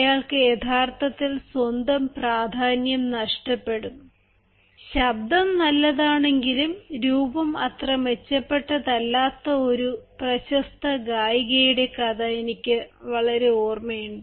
അയാൾക്ക് യഥാർത്ഥത്തിൽ സ്വന്തം പ്രാധാന്യം നഷ്ടപ്പെടും ശബ്ദം നല്ലതാണെങ്കിലും രൂപം അത്ര മെച്ചപ്പെട്ടതല്ലാത്ത ഒരു പ്രശസ്ത ഗായികയുടെ കഥ എനിക്ക് വളരെ ഓർമ്മയുണ്ട്